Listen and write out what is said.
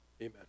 Amen